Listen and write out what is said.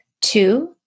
Two